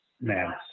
man